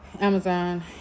amazon